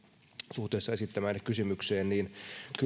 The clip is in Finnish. suhteessa esittämäänne kysymykseen